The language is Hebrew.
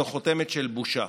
זו חותמת של בושה.